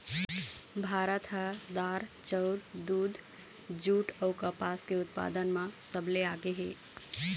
भारत ह दार, चाउर, दूद, जूट अऊ कपास के उत्पादन म सबले आगे हे